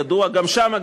ידוע שגם שם,